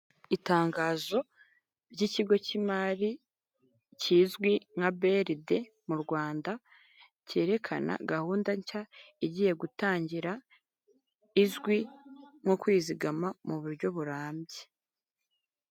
Itangazo ry'ikigo k'imari kizwi nka beride mu Rwanda cyerekana gahunda nshya igiye gutangira izwi nko kwizigama mu buryo burambye.